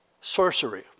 sorcery